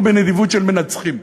ובנדיבות של מנצחים.